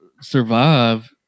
survive